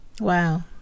Wow